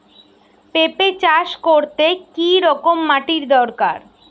পেঁপে চাষ করতে কি রকম মাটির দরকার?